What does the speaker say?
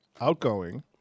outgoing